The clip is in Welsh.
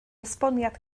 esboniad